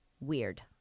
Weird